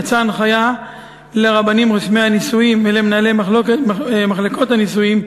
יצאה הנחיה לרבנים רושמי הנישואים ולמנהלי מחלקות הנישואים